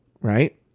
right